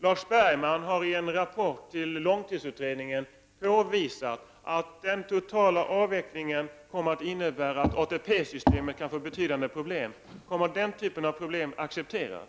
Lars Bergman har i en rapport till långtidsutredningen påvisat att den totala avvecklingen kommer att innebära att ATP-systemet kan få betydande problem. Kommer den typen av problem att accepteras?